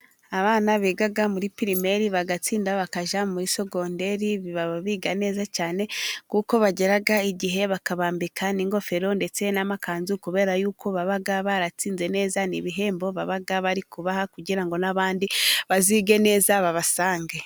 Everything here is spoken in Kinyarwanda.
Abana biga muri pirimere bagatsinda bakajya muri sogonderi biga neza cyane, kuko bagera igihe bakabambika n'ingofero ndetse n'amakanzu kubera y'uko baba baratsinze neza. Ni ibihembo baba bari kubaha kugira ngo n'abandi bazige neza babasange.